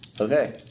Okay